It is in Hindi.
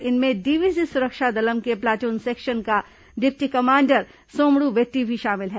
इनमें डीवीसी सुरक्षा दलम के प्लाटून सेक्शन का डिप्टी कमांडर सोमडू वेट्टी भी शामिल है